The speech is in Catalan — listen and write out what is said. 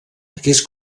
aquest